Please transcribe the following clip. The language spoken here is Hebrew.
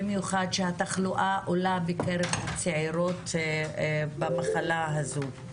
במיוחד שהתחלואה עולה בקרב הצעירות במחלה הזו.